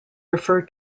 refer